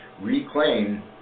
reclaim